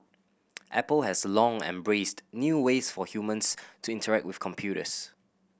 apple has long embraced new ways for humans to interact with computers